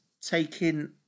taking